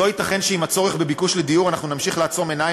לא ייתכן שעם הצורך והביקוש לדיור אנחנו נמשיך לעצום עיניים